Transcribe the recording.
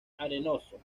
arenoso